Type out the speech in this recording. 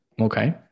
Okay